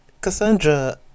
Cassandra